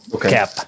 cap